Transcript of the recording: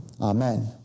Amen